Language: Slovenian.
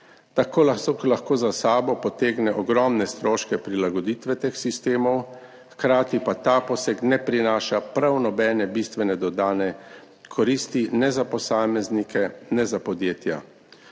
To lahko za sabo potegne ogromne stroške prilagoditve teh sistemov, hkrati pa ta poseg ne prinaša prav nobene bistvene dodane koristi, ne za posameznike, ne za podjetja,